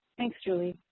thanks julie.